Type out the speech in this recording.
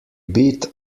bit